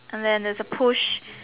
and then there's a push